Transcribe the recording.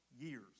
years